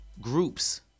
groups